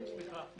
סליחה.